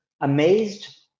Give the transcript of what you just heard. amazed